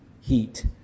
heat